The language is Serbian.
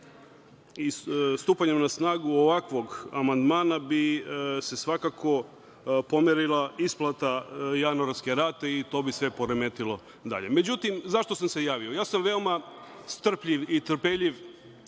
stupanjem na snagu ovakvog amandmana bi se svakako pomerila isplata januarske rate i to bi sve poremetilo dalje.Međutim, zašto sam se javio. Ja sam veoma strpljiv i trpeljiv